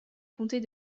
comtés